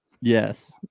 Yes